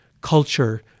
culture